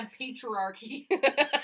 patriarchy